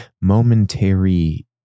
momentary